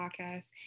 podcast